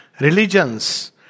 religions